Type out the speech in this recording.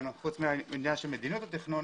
בנוסף למדיניות התכנון,